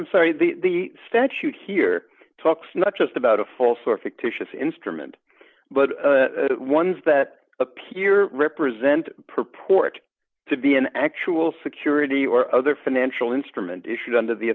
i'm sorry the statute here talks not just about a false or fictitious instrument but ones that appear represent purport to be an actual security or other financial instrument issued under the